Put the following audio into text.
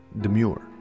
Demure